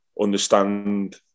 understand